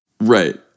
Right